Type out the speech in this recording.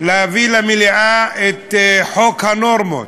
להביא למליאה את חוק הנורמות,